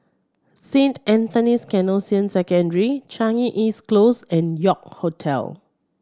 Saint Anthony's Canossian Secondary Changi East Close and York Hotel